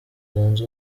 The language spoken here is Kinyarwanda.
zunze